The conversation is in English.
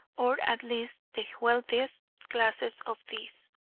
or at least the wealthiest classes of these.